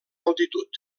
altitud